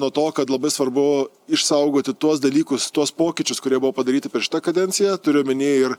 nuo to kad labai svarbu išsaugoti tuos dalykus tuos pokyčius kurie buvo padaryti per šitą kadenciją turiu omeny ir